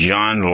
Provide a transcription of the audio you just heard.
John